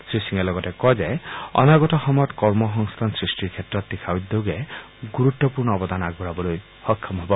শ্ৰীসিঙে লগত কয় যে অনাগত সময়ত কৰ্ম সংস্থান সৃষ্টিৰ ক্ষেত্ৰত তীখা উদ্যোগে গুৰুত্বপূৰ্ণ অৱদান আগবঢ়াব সক্ষম হব